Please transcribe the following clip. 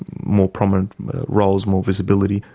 more prominent roles, more visibility.